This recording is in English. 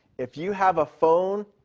if you have a phone,